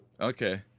Okay